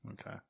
Okay